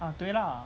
ah 对 lah